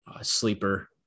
Sleeper